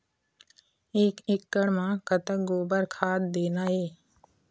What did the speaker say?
एक एकड़ म कतक गोबर खाद देना ये?